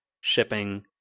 shipping